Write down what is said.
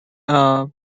are